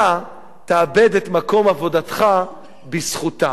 אתה תאבד את מקום עבודתך בזכותם.